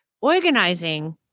organizing